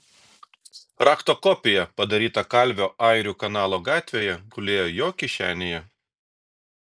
rakto kopija padaryta kalvio airių kanalo gatvėje gulėjo jo kišenėje